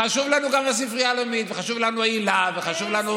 חשובה לנו גם הספרייה הלאומית וחשובה לנו היל"ה וחשובות לנו